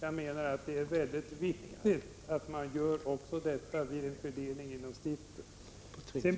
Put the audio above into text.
Enligt min mening är det viktigt att ta hänsyn också till detta vid fördelningen av tjänster inom ett stift.